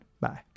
Bye